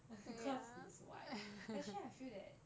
cause he's white actually I feel that